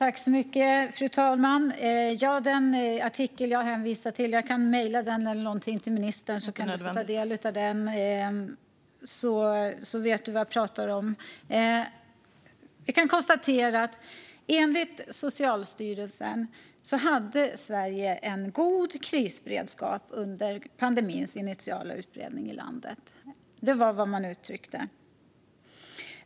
Fru talman! Den artikel som jag hänvisade till kan jag mejla till ministern, så att hon kan ta del av den och så att hon vet vad jag talar om. Vi kan konstatera att Sverige enligt Socialstyrelsen hade en god krisberedskap under pandemins initiala utbredning i landet. Det var vad man uttryckte.